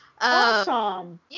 Awesome